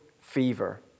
fever